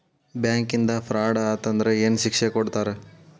ಬ್ಯಾಂಕಿಂದಾ ಫ್ರಾಡ್ ಅತಂದ್ರ ಏನ್ ಶಿಕ್ಷೆ ಕೊಡ್ತಾರ್?